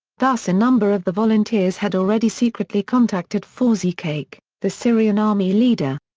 thus a number of the volunteers had already secretly contacted fauzi kaikyi, the syrian army leader.